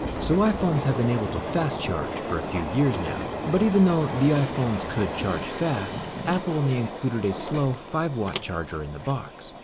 so iphones have been able to fast charge for a few years now. but even though the iphones could charge fast, apple and only included a slow five watt charger in the box,